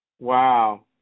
Wow